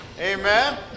Amen